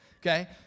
Okay